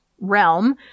realm